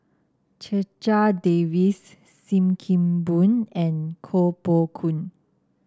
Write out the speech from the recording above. Checha Davies Sim Kee Boon and Koh Poh Koon